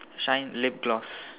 shine lip gloss